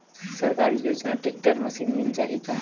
सरकारी योजना tractor machine मिल जाही का?